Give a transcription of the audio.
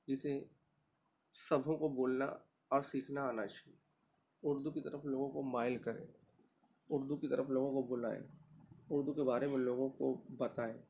اسے سبھوں کو بولنا اور سیکھنا آنا چاہیے اردو کی طرف لوگوں کو مائل کریں اردو کی طرف لوگوں کو بلائیں اردو کے بارے میں لوگوں کو بتائیں